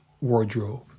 wardrobe